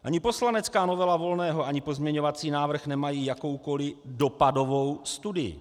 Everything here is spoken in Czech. Ani poslanecká novela Volného ani pozměňovací návrh nemají jakoukoliv dopadovou studii.